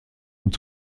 und